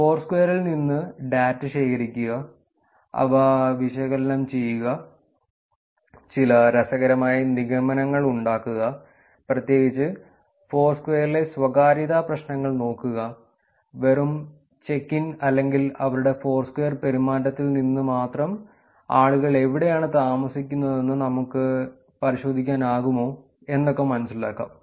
ഫോർസ്ക്വയറിൽ നിന്ന് ഡാറ്റ ശേഖരിക്കുക അവ വിശകലനം ചെയ്യുക ചില രസകരമായ നിഗമനങ്ങൾ ഉണ്ടാക്കുക പ്രത്യേകിച്ച് ഫോർസ്ക്വയറിലെ സ്വകാര്യത പ്രശ്നങ്ങൾ നോക്കുക വെറും ചെക്ക് ഇൻ അല്ലെങ്കിൽ അവരുടെ ഫോർസ്ക്വയർ പെരുമാറ്റത്തിൽ നിന്ന് മാത്രം ആളുകൾ എവിടെയാണ് താമസിക്കുന്നതെന്ന് നമുക്ക് പരിശോധിക്കാനാകുമോ എന്നൊക്കെ മനസ്സിലാക്കാം